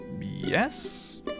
Yes